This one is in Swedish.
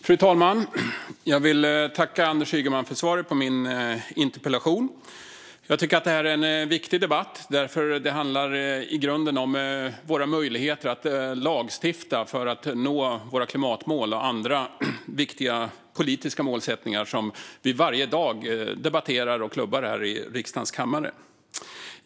Fru talman! Jag vill tacka Anders Ygeman för svaret på min interpellation. Detta är en viktig debatt, för den handlar i grunden om våra möjligheter att lagstifta för att nå våra klimatmål och andra viktiga politiska målsättningar som vi varje dag debatterar och klubbar i riksdagens kammare.